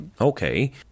Okay